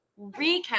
recap